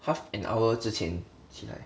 half an hour 之前起来